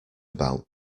about